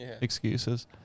excuses